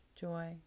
joy